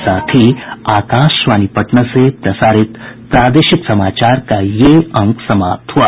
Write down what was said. इसके साथ ही आकाशवाणी पटना से प्रसारित प्रादेशिक समाचार का ये अंक समाप्त हुआ